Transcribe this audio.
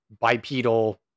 bipedal